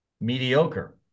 mediocre